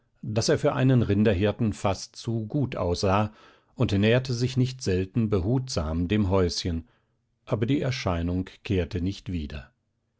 daß er für einen rinderhirten fast zu gut aussah und näherte sich nicht selten behutsam dem häuschen aber die erscheinung kehrte nicht wieder